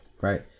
Right